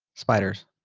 spiders.